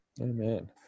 Amen